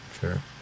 Sure